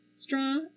Straw